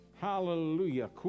Hallelujah